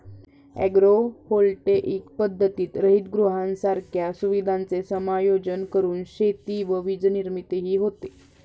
agrovoltaic पद्धतीत हरितगृहांसारख्या सुविधांचे समायोजन करून शेती व वीजनिर्मितीही होते